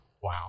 wow